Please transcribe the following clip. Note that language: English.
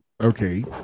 okay